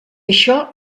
això